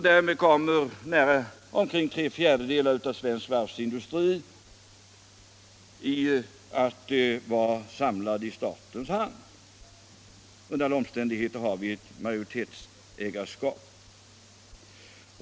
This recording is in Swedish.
Därmed kommer omkring tre fjärdedelar av svensk varvsindustri att vara samlad i statens hand. Under alla omständigheter har vi ett majoritetsägarskap.